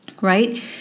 right